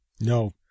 No